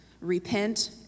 Repent